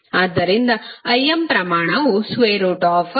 ಆದ್ದರಿಂದ Im ಪ್ರಮಾಣವು x2y2 ಆಗುತ್ತದೆ